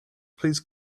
please